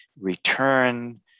return